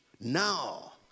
Now